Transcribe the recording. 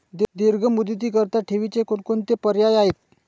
दीर्घ मुदतीकरीता ठेवीचे कोणकोणते पर्याय आहेत?